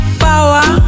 power